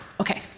Okay